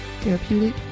therapeutic